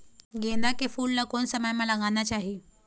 गेंदा के फूल ला कोन समय मा लगाना चाही?